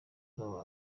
follow